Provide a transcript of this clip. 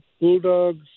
bulldogs